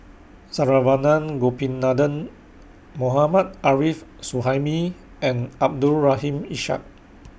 Saravanan Gopinathan Mohammad Arif Suhaimi and Abdul Rahim Ishak